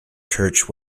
church